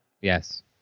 Yes